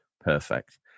Perfect